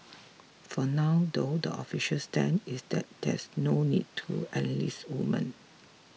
for now though the official stand is that there's no need to enlist women